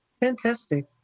Fantastic